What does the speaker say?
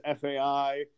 FAI